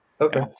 Okay